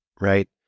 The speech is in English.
right